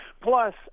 plus